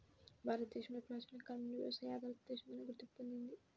భారతదేశం ప్రాచీన కాలం నుంచి వ్యవసాయ ఆధారిత దేశంగానే గుర్తింపు పొందింది